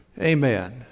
Amen